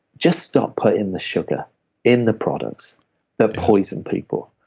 just stop putting the sugar in the products that poison people.